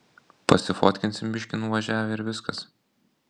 pasifotkinsim biškį nuvažiavę ir viskas